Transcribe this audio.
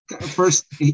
first